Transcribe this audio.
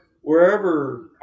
wherever